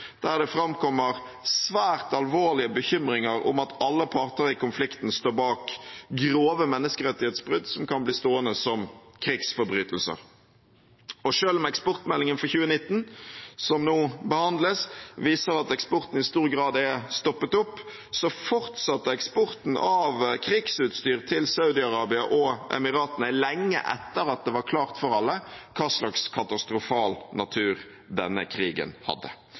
der det framkommer svært alvorlige bekymringer om at alle parter i konflikten står bak grove menneskerettighetsbrudd som kan bli stående som krigsforbrytelser. Selv om eksportmeldingen for 2019, som nå behandles, viser at eksporten i stor grad er stoppet opp, fortsatte eksporten av krigsutstyr til Saudi-Arabia og Emiratene lenge etter at det var klart for alle hva slags katastrofal natur denne krigen hadde.